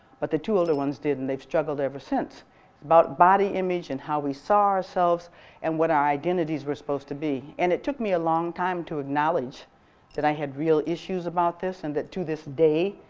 but the two older ones did and they've struggled ever since it's about body image and how we saw ourselves and what our identities were supposed to be and it took me a long time to acknowledge that i had real issues about this and that to this day,